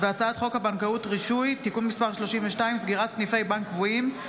הצעת חוק הבנקאות (רישוי) (תיקון מס' 32) (סגירת סניפי בנק קבועים),